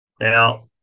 Now